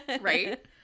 Right